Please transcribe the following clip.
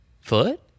Foot